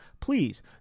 Please